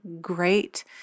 great